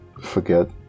forget